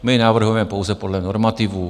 My navrhujeme pouze podle normativů.